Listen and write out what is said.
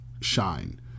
shine